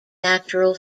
natural